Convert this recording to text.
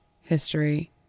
history